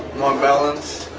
my balance,